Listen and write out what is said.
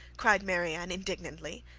cried marianne, indignantly.